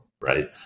Right